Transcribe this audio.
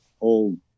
old